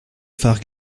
faire